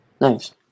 Nice